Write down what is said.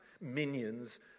minions